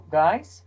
guys